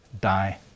die